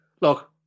look